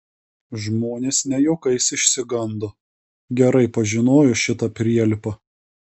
žmonės ne juokais išsigando gerai pažinojo šitą prielipą